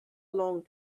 long